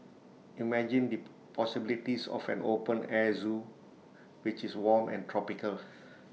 imagine the possibilities of an open air Zoo which is warm and tropical